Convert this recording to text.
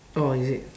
orh is it